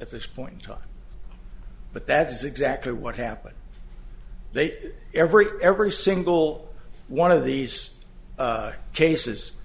at this point in time but that's exactly what happened they every every single one of these cases